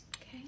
Okay